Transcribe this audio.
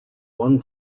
one